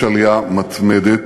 ויש עלייה מתמדת.